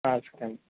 సరేనండి